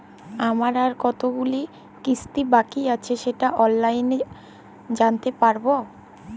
আমার আর কতগুলি কিস্তি বাকী আছে সেটা কি অনলাইনে জানতে পারব?